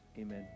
Amen